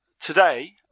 today